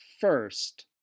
first